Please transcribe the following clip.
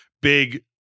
big